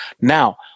Now